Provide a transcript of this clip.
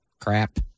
crap